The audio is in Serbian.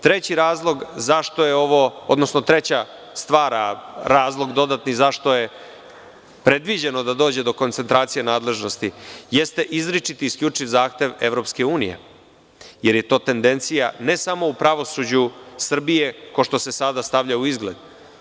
Treći razlog, odnosno treća stvar a razlog dodatni, zašto je predviđeno da dođe do koncentracije nadležnosti, jeste i izričit i isključiv zahtev EU, jer je to tendencija ne samo u pravosuđu Srbije, ko što se sada stavlja u izgled.